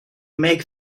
make